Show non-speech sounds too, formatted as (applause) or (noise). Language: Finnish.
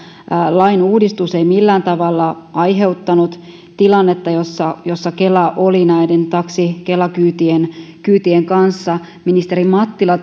lain uudistus ei millään tavalla aiheuttanut tilannetta jossa jossa kela oli näiden taksi kela kyytien kyytien kanssa ministeri mattila (unintelligible)